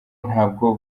ntabwo